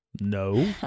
No